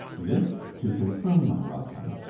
this to confirme my welcome,